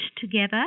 together